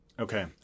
Okay